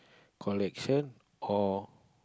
collection or